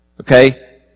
Okay